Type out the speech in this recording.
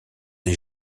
des